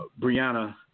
Brianna